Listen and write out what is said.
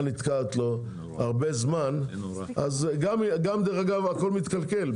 נתקעת לו הרבה זמן גם הכל מתקלקל,